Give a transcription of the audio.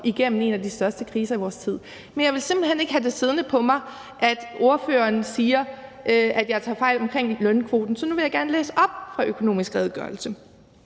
igennem en af de største kriser i vores tid. Men jeg vil simpelt hen ikke have det siddende på mig, at ordføreren siger, at jeg tager fejl i forhold til lønkvoten. Derfor vil jeg gerne læse op fra »Økonomisk Redegørelse«: